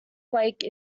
flake